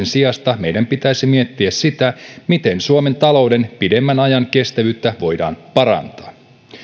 sijasta meidän pitäisi miettiä sitä miten suomen talouden pidemmän ajan kestävyyttä voidaan parantaa